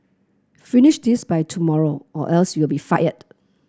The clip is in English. finish this by tomorrow or else you'll be fired